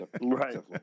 Right